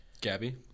Gabby